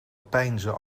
peinzen